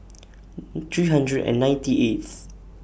three hundred and ninety eighth